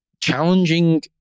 challenging